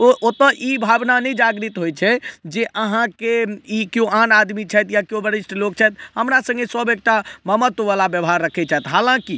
ओ ओतऽ ई भावना नहि जागृत होइ छै जे अहाँके ई केओ आन आदमी छथि या केओ वरिष्ठ लोक छथि हमरा सङ्गे सब एकटा ममत्ववला व्यवहार रखय छथि हालाँकि